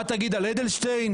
מה תגיד על אדלשטיין?